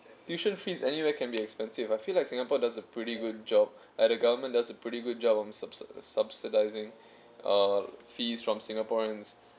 tuition fees anywhere can be expensive I feel like singapore does a pretty good job like the government does a pretty good job on subsi~ subsidizing uh fees from singaporeans